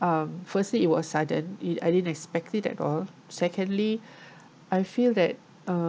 um firstly it was sudden it I didn't expect it at all secondly I feel that um